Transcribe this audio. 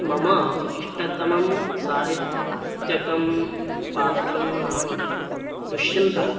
मम इष्टतमं साहित्यिकं पात्रं नाम दुष्यन्तः